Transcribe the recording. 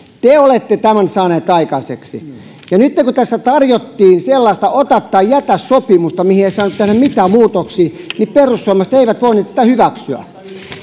te olette tämän saaneet aikaiseksi ja nytten kun tässä tarjottiin sellaista ota tai jätä sopimusta mihin ei saanut tehdä mitään muutoksia niin perussuomalaiset eivät voineet sitä hyväksyä